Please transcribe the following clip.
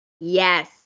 Yes